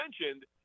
mentioned